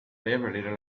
leader